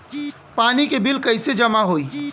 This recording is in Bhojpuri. पानी के बिल कैसे जमा होयी?